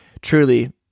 truly